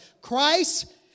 Christ